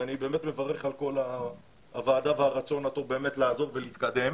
ואני באמת מברך את הוועדה על הרצון הטוב לעזור ולהתקדם,